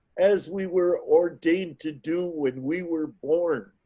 as we were ordained to do when we were born.